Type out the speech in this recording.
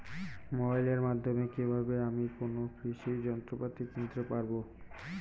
মোবাইলের মাধ্যমে কীভাবে আমি কোনো কৃষি যন্ত্রপাতি কিনতে পারবো?